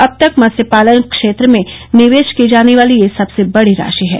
अब तक मत्स्य पालन क्षेत्र में निवेश की जाने वाली ये सबसे बड़ी राशि है